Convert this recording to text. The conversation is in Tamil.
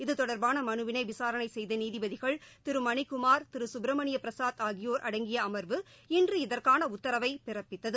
இது தொடர்பான மனுவினை விசாரணை செய்த நீதிபதிகள் திரு மணிக்குமார் திரு சுப்ரமணிய பிரசாத் ஆகியோர் அடங்கிய அமர்வு இன்று இதற்கான உத்தரவை பிறப்பித்தது